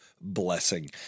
blessing